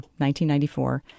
1994